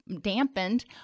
dampened